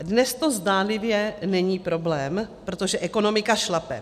Dnes to zdánlivě není problém, protože ekonomika šlape.